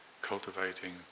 cultivating